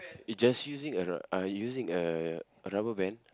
it just using a r~ uh using a a rubber band